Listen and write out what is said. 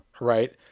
Right